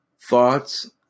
Thoughts